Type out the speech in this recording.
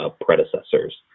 predecessors